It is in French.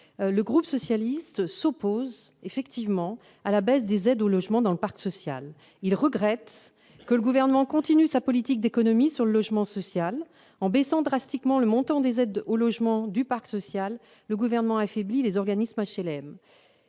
le groupe socialiste s'oppose à la baisse des aides au logement dans le parc social. Il regrette que le Gouvernement continue sa politique d'économies sur le logement social. En baissant drastiquement le montant des aides au logement du parc social, le Gouvernement affaiblit les organismes HLM.